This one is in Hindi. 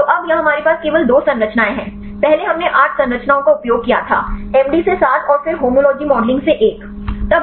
तो अब यहां हमारे पास केवल 2 संरचनाएं हैं पहले हमने 8 संरचनाओं का उपयोग किया था एमडी से 7 और फिर होमियोलॉजी मॉडलिंग से 1